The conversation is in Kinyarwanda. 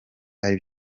ari